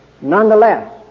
Nonetheless